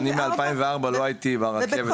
אני מ-2004 לא הייתי ברכבת.